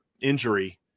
injury